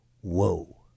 whoa